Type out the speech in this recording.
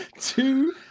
two